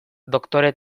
doktore